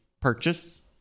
purchase